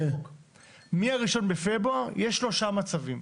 מה-1 בפברואר יש שלושה מצבים.